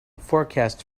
forecast